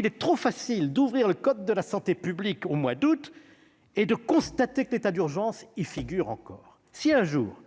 il est trop facile d'ouvrir le code de la santé publique au mois d'août et de constater que l'état d'urgence y figure encore. Si, un jour,